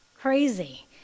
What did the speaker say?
Crazy